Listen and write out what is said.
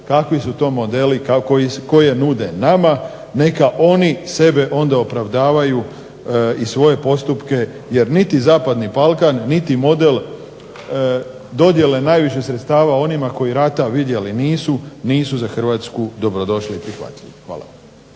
kakvi su to modeli koje nude nama. Neka oni sebe onda opravdavaju i svoje postupke. Jer niti zapadni Balkan, niti model dodjele najviše sredstava onima koji rata vidjeli nisu, nisu za Hrvatsku dobro došli i prihvatljivi. Hvala.